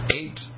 eight